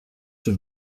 have